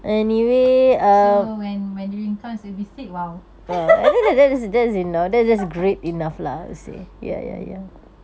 so when mandarin comes it will be six !wow! mmhmm